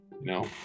no